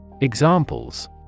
Examples